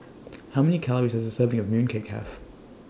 How Many Calories Does A Serving of Mooncake Have